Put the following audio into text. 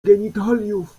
genitaliów